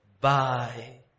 bye